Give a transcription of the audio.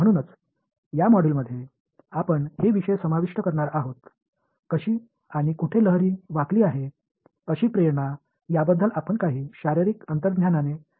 म्हणूनच या मॉड्यूलमध्ये आपण हे विषय समाविष्ट करणार आहोत कशी आणि कुठे लहरी वाकली आहे अशी प्रेरणा याबद्दल आपण काही शारीरिक अंतर्ज्ञानाणे प्रारंभ करू